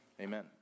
Amen